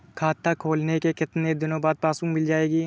खाता खोलने के कितनी दिनो बाद पासबुक मिल जाएगी?